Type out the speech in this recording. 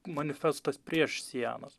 manifestas prieš sienas